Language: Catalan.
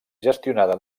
gestionada